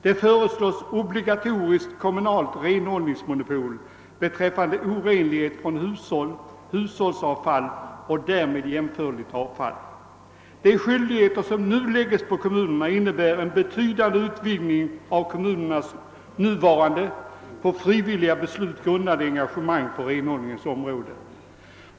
Det föreslås obligatoriskt kommunalt renhållningsmonopol beträffande orenlighet från hushåll, hushållsavfall och därmed jämförligt avfall. De skyldigheter som läggs på kommunerna innebär en väsentlig utvidgning av kommunernas nuvarande på frivilliga beslut grundade engagemang i fråga om renhållningen.